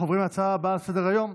אנחנו עוברים להצעה הבאה על סדר-היום,